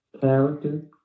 character